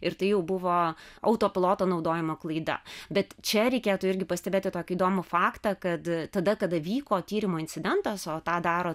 ir tai jau buvo autopiloto naudojimo klaida bet čia reikėtų irgi pastebėti tokį įdomų faktą kad tada kada vyko tyrimo incidentas o tą daro